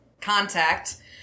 contact